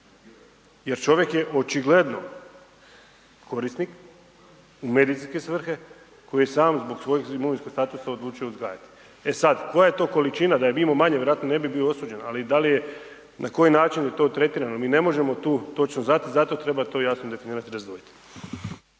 jer čovjek je očigledno korisnik u medicinske svrhe, koji je sam zbog svojeg imovinskog statusa odlučio uzgajati. E sad, koja je to količina, da je im'o manje, vjerojatno ne bi bio osuđen, ali da li je, na koji način je to tretirano, mi ne možemo tu točno znati, zato treba to jasno definirati i razdvojiti.